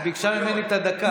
היא ביקשה ממני את הדקה.